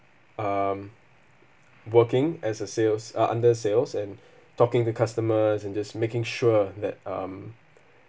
um working as a sales uh under sales and talking to customers and just making sure that um